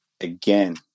Again